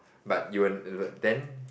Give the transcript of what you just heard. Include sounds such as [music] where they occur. but you won't [noise] then